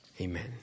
Amen